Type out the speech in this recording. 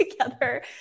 together